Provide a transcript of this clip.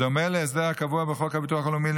בדומה להסדר הקבוע בחוק הביטוח הלאומי